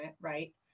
Right